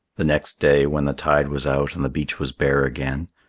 the next day when the tide was out and the beach was bare again,